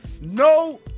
no